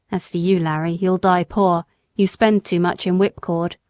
as for you, larry, you'll die poor you spend too much in whipcord.